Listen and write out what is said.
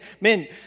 Men